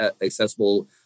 accessible